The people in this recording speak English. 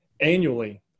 annually